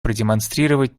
продемонстрировать